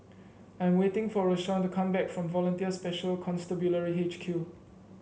I'm waiting for Rashawn to come back from Volunteer Special Constabulary H Q